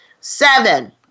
Seven